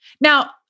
Now